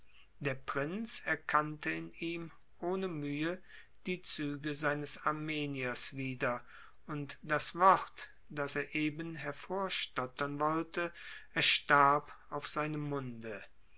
der prinz erkannte in ihm ohne mühe die züge seines armeniers wieder und das wort das er eben hervorstottern wollte erstarb auf seinem munde